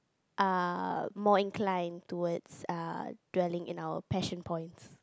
are more inclined towards ah dwelling in our passion point